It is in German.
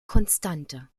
konstante